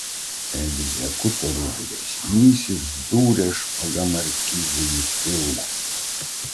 egzekutorių vyresnysis dūrė špaga markizui į pilvą